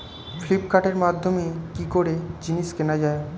ফ্লিপকার্টের মাধ্যমে কি করে জিনিস কেনা যায়?